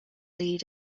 lead